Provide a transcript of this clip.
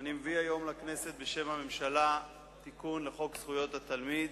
אני מביא היום לכנסת בשם הממשלה תיקון לחוק זכויות התלמיד,